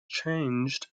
changed